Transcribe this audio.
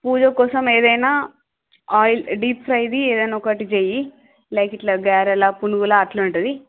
పూజ కోసం ఏదైనా oil deep ఫ్రైది ఏదైనా ఒకటి చెయ్యి లైక్ ఇట్ల గారెలా పునుగుల అట్లుంటుంది